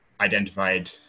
identified